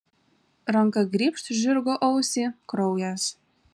ranka grybšt žirgo ausį kraujas